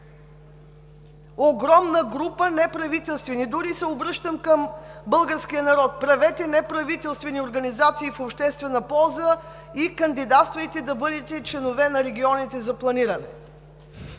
огромна група неправителствени. Дори се обръщам към българския народ: правете неправителствени организации в обществена полза и кандидатствайте да бъдете членове на регионите за планиране!